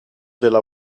della